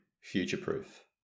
future-proof